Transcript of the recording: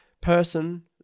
person